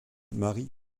marie